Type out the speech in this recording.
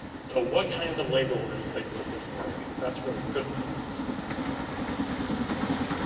so what kinds of labor were enslaved people performing, because that's really critical to understand what their day to day life was like.